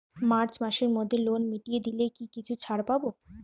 March মাসের মধ্যে loan মিটিয়ে দিলে কি কিছু ছাড় পাব?